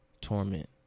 torment